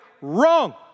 wrong